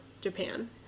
Japan